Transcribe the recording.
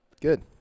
Good